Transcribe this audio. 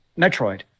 Metroid